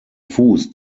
fuß